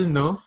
no